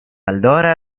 allora